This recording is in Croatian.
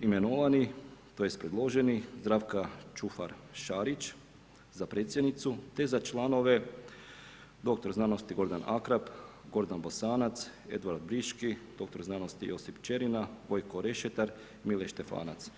imenovani tj. predloženi Zdravka Ćufor-Šarić za predsjednicu, te za članove doktor znanosti Gordan Akrap, Gordan Bosanac, Eduard Briški, doktor znanosti Josip Ćerina, Vojko Rešetar i Mile Štefanac.